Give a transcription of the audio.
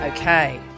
Okay